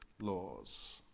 laws